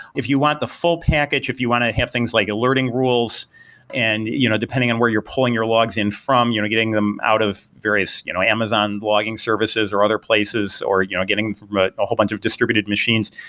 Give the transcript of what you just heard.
if you want the full package, if you want to have things like alerting rules and you know depending on where you're pulling your logs in from, getting them out of various you know amazon logging services or other places or you know getting a ah whole bunch of distributed machines.